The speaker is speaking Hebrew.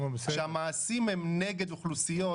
כשהמעשים הם נגד אוכלוסיות